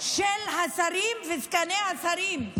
של השרים וסגני השרים.